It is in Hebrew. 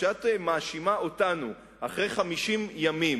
כשאת מאשימה אותנו, אחרי 50 ימים